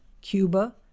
cuba